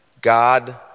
God